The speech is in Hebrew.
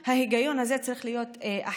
ההיגיון הזה צריך להיות אחיד.